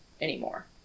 anymore